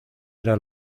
era